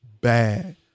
bad